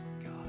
God